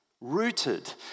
rooted